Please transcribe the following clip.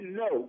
no